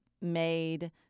made